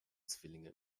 zwillinge